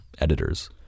editors